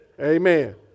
Amen